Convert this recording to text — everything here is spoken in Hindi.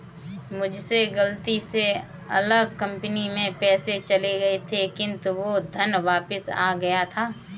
मुझसे गलती से अलग कंपनी में पैसे चले गए थे किन्तु वो धन वापिस आ गया था